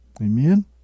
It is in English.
Amen